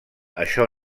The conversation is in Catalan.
això